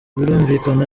birumvikana